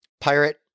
Pirate